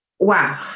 Wow